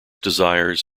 desires